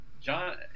John